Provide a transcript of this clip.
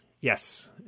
Yes